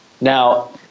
now